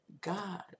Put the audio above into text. God